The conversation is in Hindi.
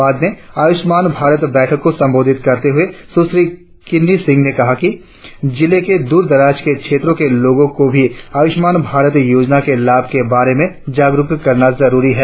बाद में आय़्ष्मान भारत बैठक को सम्बोधित करते हुए सुश्री किन्नी सिंह ने कहा कि जिले के दूर दराज के क्षेत्रों के लोगों को भी आयुष्मान भारत योजना के लाभ के बारे में जागरुक करना जरुरी है